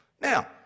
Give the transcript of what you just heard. Now